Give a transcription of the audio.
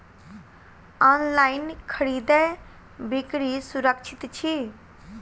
online खरीदै बिक्री सुरक्षित छी